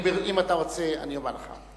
אם אתה רוצה, אני אומר לך.